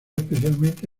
especialmente